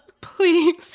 Please